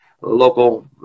local